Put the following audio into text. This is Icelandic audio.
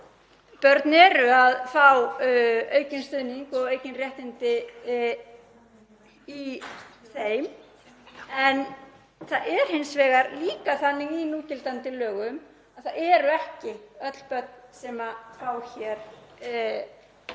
Börn fá aukinn stuðning og aukin réttindi í því. En það er hins vegar líka þannig í núgildandi lögum að það eru ekki öll börn sem fá hæli